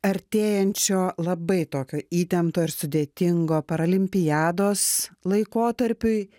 artėjančio labai tokio įtempto ir sudėtingo paralimpiados laikotarpiui